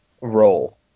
role